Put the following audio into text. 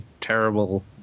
terrible